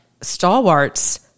stalwarts